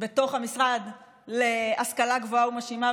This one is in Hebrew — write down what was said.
בתוך המשרד להשכלה גבוהה ומשלימה,